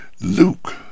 Luke